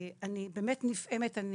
אני באמת נפעמת.